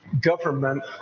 Government